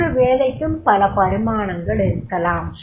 ஒவ்வொரு வேலைக்கும் பல பரிமாணங்கள் இருக்கலாம்